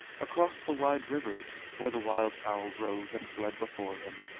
across the wide rivers, where the wild fowl rose and fled before him,